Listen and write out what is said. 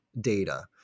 data